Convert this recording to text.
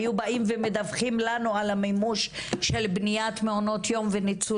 היו באים ומדווחים לנו על המימוש של בניית מעונות וניצול